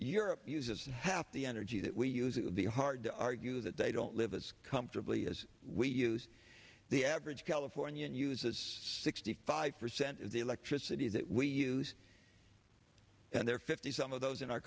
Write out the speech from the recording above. europe uses half the energy that we use it would be hard to argue that they don't live as comfortably as we use the average californian uses sixty five percent of the electricity that we use and they're fifty some of those in our